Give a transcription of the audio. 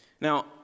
Now